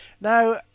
now